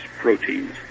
proteins